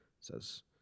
says